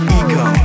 ego